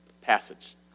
passage